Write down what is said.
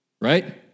Right